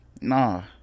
nah